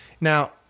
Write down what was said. Now